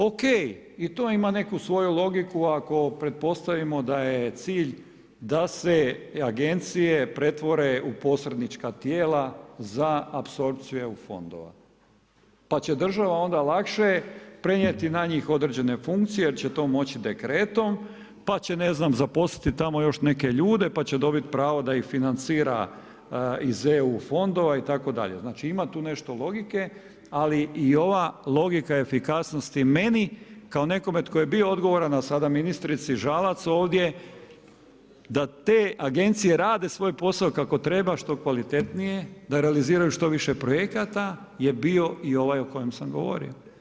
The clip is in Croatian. O.k. i to ima neku svoju logiku ako pretpostavimo da je cilj da se agencije pretvore u posrednička tijela za apsorpciju eu fondova, pa će država onda lakše prenijeti na njih određene funkcije jer će to moći dekretom pa će ne znam zaposliti tamo još neke ljude, pa će dobiti pravo da ih financira iz eu fondova itd. znači ima tu nešto logike, ali i ova logika efikasnosti meni kao nekome tko je bio odgovoran, a sada ministrici Žalac ovdje da te agencije rade svoj posao kako treba što kvalitetnije, da realiziraju što više projekata je bio i ovaj o kojem sam govorio.